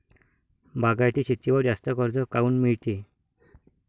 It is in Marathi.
बागायती शेतीवर जास्त कर्ज काऊन मिळते?